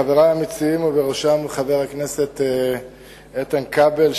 חברי המציעים ובראשם חבר הכנסת איתן כבל,